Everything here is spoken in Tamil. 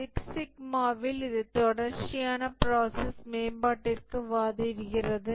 சிக்ஸ் சிக்மாவில் இது தொடர்ச்சியான பிராசஸ் மேம்பாட்டிற்கு வாதிடுகிறது